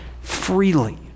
Freely